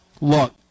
Look